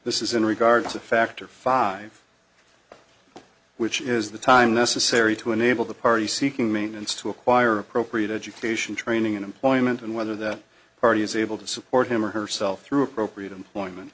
this is in regards to factor five which is the time necessary to enable the party seeking maintenance to acquire appropriate education training and employment and whether that party is able to support him or herself through appropriate